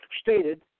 stated